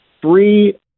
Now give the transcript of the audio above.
three